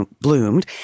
bloomed